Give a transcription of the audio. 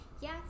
Yes